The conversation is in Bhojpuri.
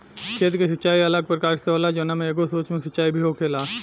खेत के सिचाई अलग अलग प्रकार से होला जवना में एगो सूक्ष्म सिंचाई भी होखेला